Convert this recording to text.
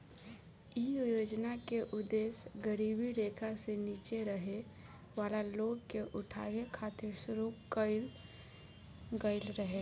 इ योजना के उद्देश गरीबी रेखा से नीचे रहे वाला लोग के उठावे खातिर शुरू कईल गईल रहे